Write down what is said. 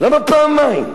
למה פעמיים?